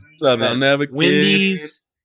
Wendy's